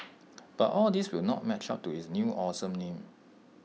but all these will not match up to its new awesome name